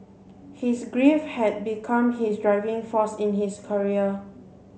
his grief had become his driving force in his career